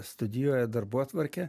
studijuoja darbotvarkę